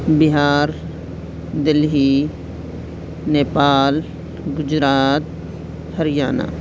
Bihar Delhi Nepal Gujarat Haryana